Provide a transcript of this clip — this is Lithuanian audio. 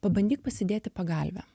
pabandyk pasidėti pagalvę